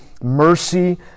mercy